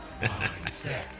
Mindset